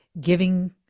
giving